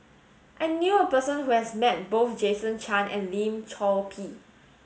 I knew a person who has met both Jason Chan and Lim Chor Pee